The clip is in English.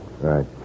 Right